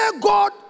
God